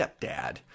stepdad